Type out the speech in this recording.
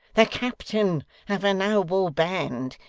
the captain of a noble band,